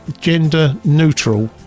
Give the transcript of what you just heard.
gender-neutral